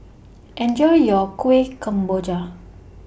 Enjoy your Kueh Kemboja